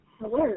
Hello